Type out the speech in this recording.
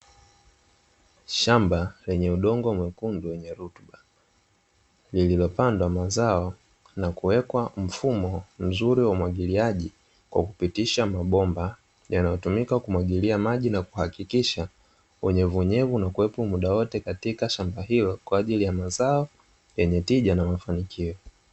Shamba lenye udongo mwekundu wenye rutuba, lililopandwa mazao na kuwekwa mfumo mzuri wa umwagiliaji kwa kupitisha mabomba. Yanayotumika kumwagilia maji na kuhakikisha unyevunyevu unakuwepo mda wote katika shamba hilo kwa ajili ya mazao yenye tija na mafanikio.